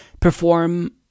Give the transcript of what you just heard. perform